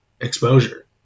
exposure